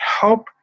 help